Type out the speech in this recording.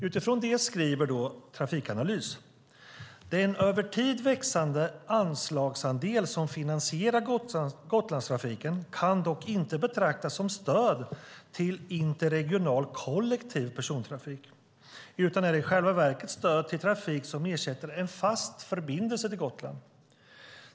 Utifrån detta skriver Trafikanalys: Den över tid växande anslagsandel som finansierar Gotlandstrafiken kan dock inte betraktas som stöd till interregional kollektiv persontrafik utan är i själva verket stöd till trafik som ersätter en fast förbindelse till Gotland.